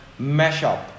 mashup